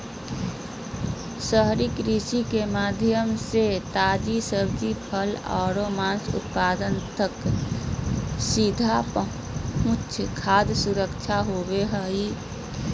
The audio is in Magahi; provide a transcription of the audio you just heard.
शहरी कृषि के माध्यम से ताजी सब्जि, फल आरो मांस उत्पाद तक सीधा पहुंच खाद्य सुरक्षा होव हई